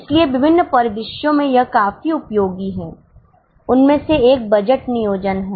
इसलिए विभिन्न परिदृश्यों में यह काफी उपयोगी है उनमें से एक बजट नियोजन है